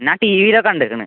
ഞാൻ ടീവീൽ കണ്ടേക്കണ്